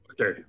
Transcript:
okay